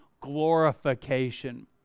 glorification